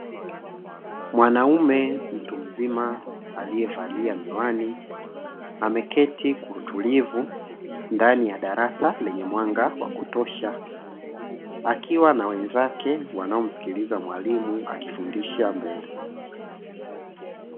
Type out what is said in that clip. Mwanaume mtu mzima alievalia miwani, ameketi kwa utulivu ndani ya darasa lenye mwanga wa kutosha. Akiwa na wenzake wanaomskiliza mwalimu akifundisha mbele.